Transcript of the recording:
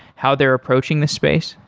how they're approaching the space?